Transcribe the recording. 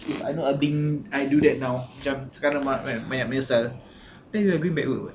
if I know I being I do that now macam sekarang kan baru nak menyesal then we're going backward